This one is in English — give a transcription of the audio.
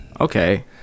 Okay